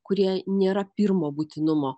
kurie nėra pirmo būtinumo